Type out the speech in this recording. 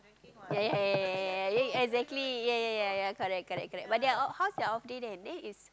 yea yea yea yea exactly yea yea yea yea correct correct correct but their how's your off day then then is